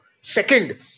Second